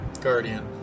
Guardian